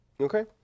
Okay